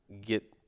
get